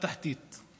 בתחתית.